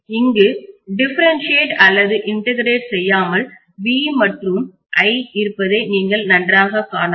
இங்கு டிஃபரண்ட்ஷீயேட் அல்லது இன்டகிரேட் செய்யாமல் v மற்றும் i இருப்பதை நீங்கள் நன்றாகக் காணலாம்